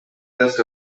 list